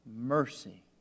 mercy